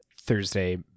Thursday